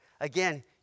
Again